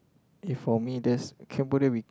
if for me there's Cambodia we